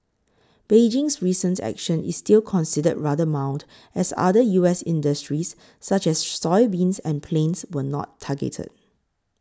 Beijing's recent action is still considered rather mild as other U S industries such as soybeans and planes were not targeted